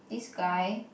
this guy